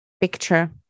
picture